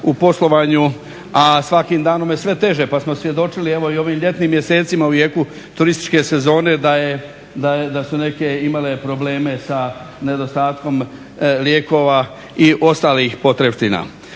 u poslovanju a svakim danom je sve teže. Pa smo svjedočili i u ovim ljetnim mjesecima u jeku turističke sezone da su neke imale probleme sa nedostatkom lijekova i ostalih potrepština.